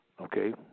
Okay